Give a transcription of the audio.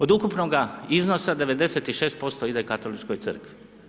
Od ukupnoga iznosa 96% ide Katoličkoj crkvi.